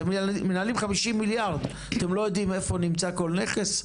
אתם מנהלים 50 מיליארד ואתם לא יודעים איפה נמצא כל נכס,